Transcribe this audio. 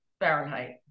Fahrenheit